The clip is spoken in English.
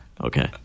okay